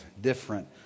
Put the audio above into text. different